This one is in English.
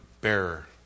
bearer